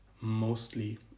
mostly